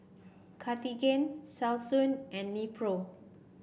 Cartigain Selsun and Nepro